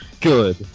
Good